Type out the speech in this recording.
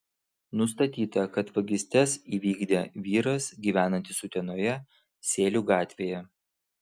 nustatyta kad vagystes įvykdė vyras gyvenantis utenoje sėlių gatvėje